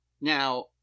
Now